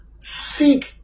Seek